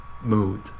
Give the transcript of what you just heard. mood